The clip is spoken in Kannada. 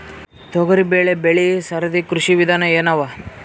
ತೊಗರಿಬೇಳೆ ಬೆಳಿ ಸರದಿ ಕೃಷಿ ವಿಧಾನ ಎನವ?